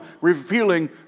revealing